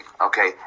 okay